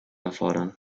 erfordern